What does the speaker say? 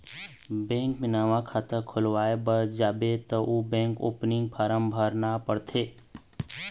bank म नवा खाता खोलवाए बर जाबे त उहाँ बेंक ओपनिंग फारम भरना परथे